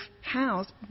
house